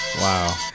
Wow